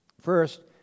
First